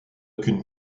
qu’une